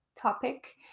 topic